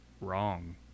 wrong